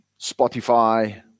Spotify